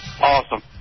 Awesome